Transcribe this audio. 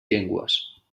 llengües